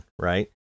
right